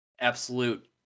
absolute